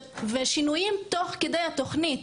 ושינויים תוך כדי התוכנית.